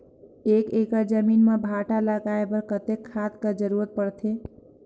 एक एकड़ जमीन म भांटा लगाय बर कतेक खाद कर जरूरत पड़थे?